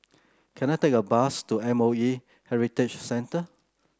can I take a bus to M O E Heritage Centre